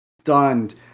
stunned